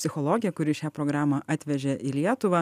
psichologė kuri šią programą atvežė į lietuvą